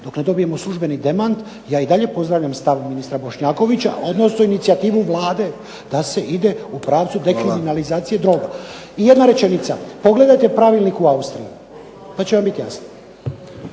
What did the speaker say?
dok ne dobijemo službeni demant ja i dalje pozdravljam stav ministra Bošnjakovića, odnosno inicijativu Vlade da se ide u pravcu dekriminalizacije droga. I jedna rečenica, pogledajte pravilnik u Austriji pa će vam biti jasno.